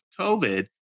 COVID